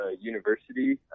University